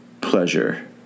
pleasure